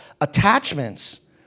attachments